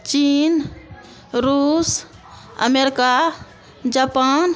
China Russia America Japan